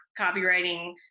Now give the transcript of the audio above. copywriting